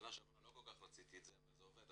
שנה שעברה לא כל כך רציתי את זה אבל זה עובד,